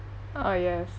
oh yes